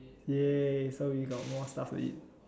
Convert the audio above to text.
ya so we got more stuff to eat